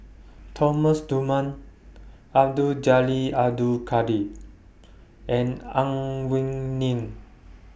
Thomas Dunman Abdul Jalil Abdul Kadir and Ang Wei Neng